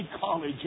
College